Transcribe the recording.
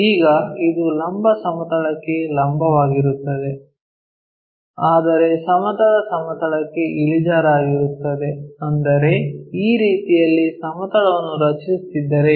ಈಗ ಇದು ಲಂಬ ಸಮತಲಕ್ಕೆ ಲಂಬವಾಗಿರುತ್ತದೆ ಆದರೆ ಸಮತಲ ಸಮತಲಕ್ಕೆ ಇಳಿಜಾರಾಗಿರುತ್ತದೆ ಅಂದರೆ ಈ ರೀತಿಯಲ್ಲಿ ಸಮತಲವನ್ನು ರಚಿಸುತ್ತಿದ್ದರೆ